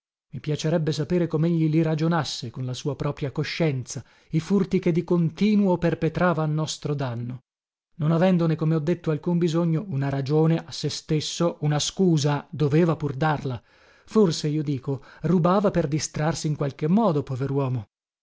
i piacerebbe sapere comegli li ragionasse con la sua propria coscienza i furti che di continuo perpetrava a nostro danno non avendone come ho detto alcun bisogno una ragione a se stesso una scusa doveva pur darla forse io dico rubava per distrarsi in qualche modo poveruomo